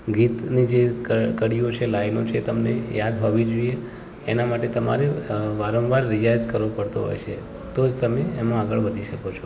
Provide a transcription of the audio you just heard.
ગીતની જે ક કડીઓ છે લાઈનો છે એ તમને યાદ હોવી જોઈએ એનાં માટે તમારે વારંવાર રિયાઝ કરવો પડતો હોય છે તો જ તમે એમાં આગળ વધી શકો છો